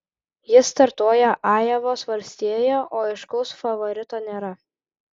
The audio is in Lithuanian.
jis startuoja ajovos valstijoje o aiškaus favorito nėra